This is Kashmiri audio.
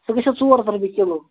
سُہ گژھِ ژور ہَتھ رۄپیہِ کِلوٗ